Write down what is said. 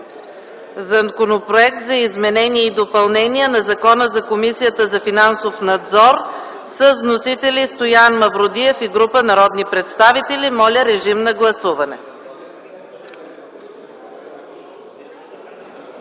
Законопроекта за изменение и допълнение на Закона за Комисията за финансов надзор с вносители Стоян Мавродиев и група народни представители. Моля, гласувайте.